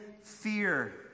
fear